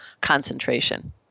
concentration